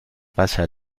pasa